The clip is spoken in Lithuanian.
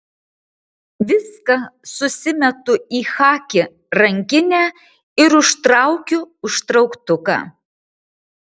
viską susimetu į chaki rankinę ir užtraukiu užtrauktuką